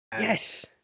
Yes